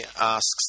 asks